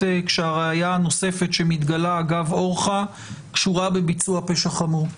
כשהראיה הנוספת שמתגלה אגב אורחא קשורה בביצוע פשע חמור.